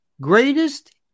greatest